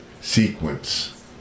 sequence